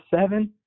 seven